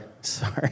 sorry